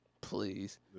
Please